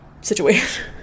situation